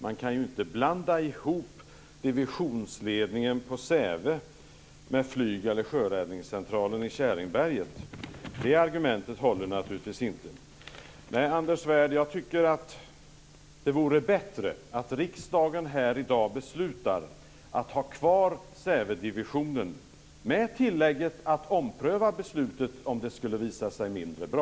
Man kan inte blanda ihop divisionsledningen på Säve med flygeller sjöräddningscentralen i Käringberget. Det argumentet håller naturligtvis inte. Nej, Anders Svärd, det är bättre, tycker jag, att riksdagen i dag beslutar att ha kvar Sävedivisionen, med tillägget att beslutet får omprövas om det skulle visa sig mindre bra.